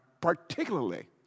particularly